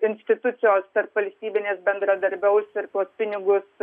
institucijos tarpvalstybinės bendradarbiaus ir tuos pinigus